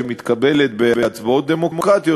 שמתקבלת בהצבעות דמוקרטיות,